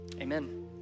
amen